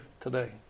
today